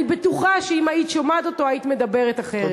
אני בטוחה שאם היית שומעת אותו היית מדברת אחרת.